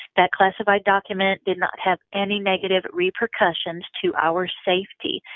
that classified document did not have any negative repercussions to our safety.